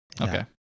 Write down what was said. okay